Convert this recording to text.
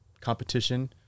competition